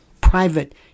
private